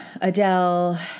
adele